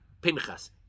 pinchas